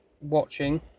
watching